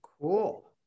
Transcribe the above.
Cool